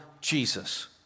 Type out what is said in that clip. Jesus